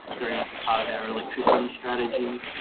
very much as part of our electricity strategy.